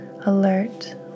alert